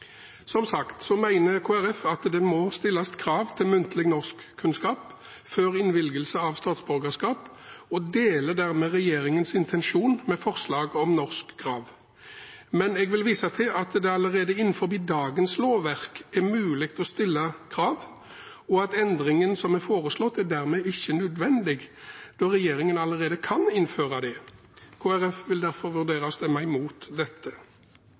Som sagt mener Kristelig Folkeparti at det må stilles krav til muntlig norskkunnskap før innvilgelse av statsborgerskap, og vi deler dermed regjeringens intensjon med forslag om norskkrav, men jeg vil vise til at det allerede innenfor dagens lovverk er mulig å stille krav, og at endringen som er foreslått, dermed ikke er nødvendig, når regjeringen allerede kan innføre det. Kristelig Folkeparti vil derfor vurdere å stemme imot dette.